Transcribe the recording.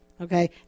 okay